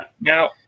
now